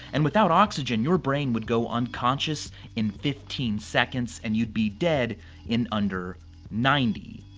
and without oxygen your brain would go unconscious in fifteen seconds, and you'd be dead in under ninety.